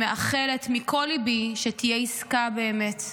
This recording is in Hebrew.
מייחלת בכל ליבי שתהיה עסקה באמת,